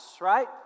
right